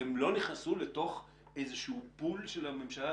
הם לא נכנסו לתוך איזשהו פול של הממשלה.